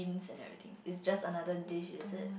and everything it's just like another dish is it